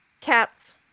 Cats